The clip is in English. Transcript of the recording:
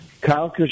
Kyle